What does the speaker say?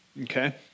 okay